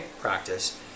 practice